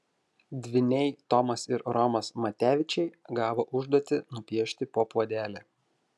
dvyniai tomas ir romas matevičiai gavo užduotį nupiešti po puodelį